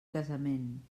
casament